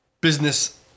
business